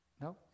no